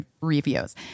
reviews